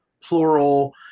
plural